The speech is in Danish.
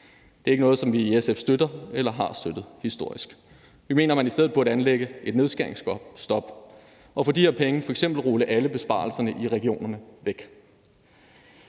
Det er ikke noget, som vi i SF støtter eller historisk har støttet. Vi mener, at man i stedet burde et anlægge et nedskæringsstop og for de her penge f.eks. rulle alle besparelserne i regionerne væk.